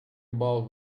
about